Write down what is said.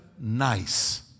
nice